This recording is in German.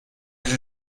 sie